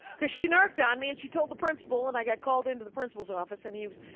cause she narked on me and she told the principal, and i got called into the principal's office and he was,